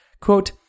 Quote